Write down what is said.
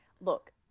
look